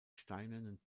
steinernen